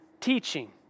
teaching